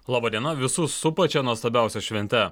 laba diena visus su pačia nuostabiausia švente